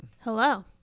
Hello